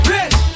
Rich